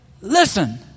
listen